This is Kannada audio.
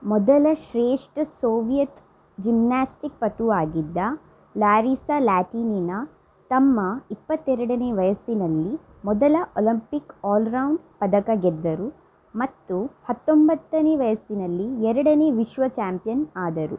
ಮೊದಲ ಶ್ರೇಷ್ಠ ಸೋವಿಯತ್ ಜಿಮ್ನಾಸ್ಟಿಕ್ ಪಟುವಾಗಿದ್ದ ಲಾರಿಸಾ ಲ್ಯಾಟಿನಿನಾ ತಮ್ಮ ಇಪ್ಪತ್ತೆರಡನೇ ವಯಸ್ಸಿನಲ್ಲಿ ಮೊದಲ ಒಲಂಪಿಕ್ ಆಲ್ರೌಂಡ್ ಪದಕ ಗೆದ್ದರು ಮತ್ತು ಹತ್ತೊಂಬತ್ತನೇ ವಯಸ್ಸಿನಲ್ಲಿ ಎರಡನೇ ವಿಶ್ವ ಚಾಂಪಿಯನ್ ಆದರು